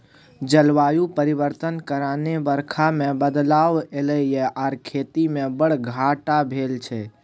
जलबायु परिवर्तन कारणेँ बरखा मे बदलाव एलय यै आर खेती मे बड़ घाटा भेल छै